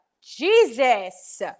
Jesus